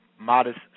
modest